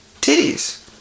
titties